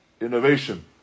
innovation